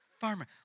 Farmer